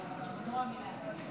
(ערעור על החלטה בדבר פרישה